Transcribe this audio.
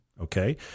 okay